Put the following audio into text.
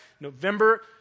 November